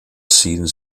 ziehen